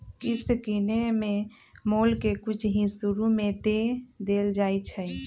किस्त किनेए में मोल के कुछ हिस शुरू में दे देल जाइ छइ